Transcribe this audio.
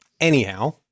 Anyhow